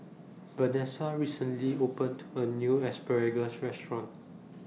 Venessa recently opened A New Asparagus Restaurant